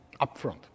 upfront